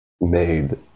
made